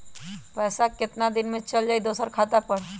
पैसा कितना दिन में चल जाई दुसर खाता पर?